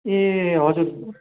ए हजुर